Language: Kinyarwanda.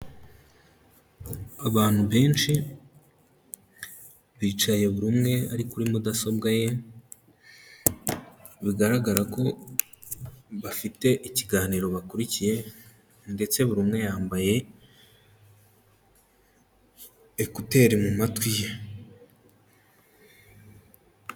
Abantu benshi bicaye buri umwe ari kuri mudasobwa ye, bigaragara ko bafite ikiganiro bakurikiye ndetse buri umwe yambaye ekuteri mu matwi ye.